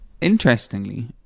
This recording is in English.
Interestingly